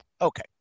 Okay